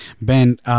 Ben